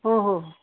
ಹ್ಞೂ ಹ್ಞೂ